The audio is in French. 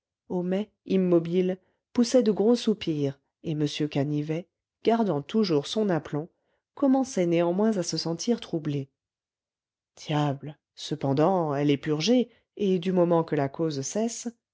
homais immobile poussait de gros soupirs et m canivet gardant toujours son aplomb commençait néanmoins à se sentir troublé diable cependant elle est purgée et du moment que la cause cesse